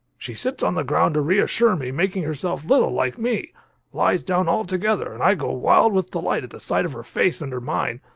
she sits on the ground to reassure me, making herself little like me lies down altogether and i go wild with delight at the sight of her face under mine,